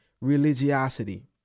religiosity